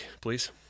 please